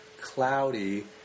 cloudy